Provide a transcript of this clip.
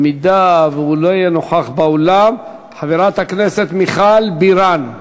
אם הוא לא יהיה נוכח באולם, חברת הכנסת מיכל בירן.